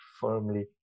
firmly